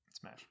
Smash